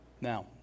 Now